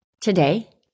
today